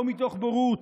לא מתוך בורות,